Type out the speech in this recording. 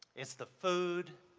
it's the food,